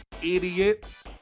Idiots